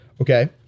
Okay